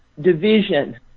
division